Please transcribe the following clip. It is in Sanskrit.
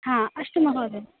हा अस्तु महोदय